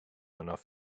enough